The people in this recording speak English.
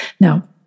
Now